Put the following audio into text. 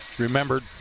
remembered